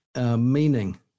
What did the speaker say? meaning